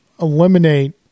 eliminate